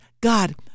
God